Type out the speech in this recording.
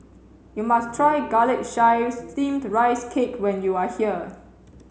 you must try garlic chives steamed rice cake when you are here